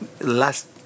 last